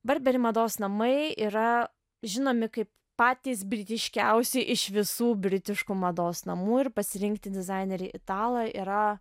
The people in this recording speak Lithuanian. barberi mados namai yra žinomi kaip patys britiškiausi iš visų britiškų mados namų ir pasirinkti dizainerį italą yra